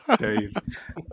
Dave